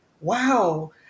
wow